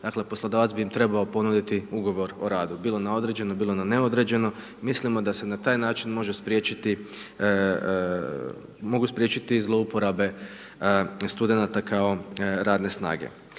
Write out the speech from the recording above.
dakle, poslodavac bi im trebao ponudi ugovor o radu, bilo na određeno bilo na neodređeno. Mislimo da se na taj način može spriječiti, mogu spriječiti zlouporabe studenata kao radne snage.